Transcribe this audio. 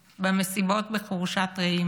במסיבות בחורשת רעים,